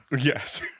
Yes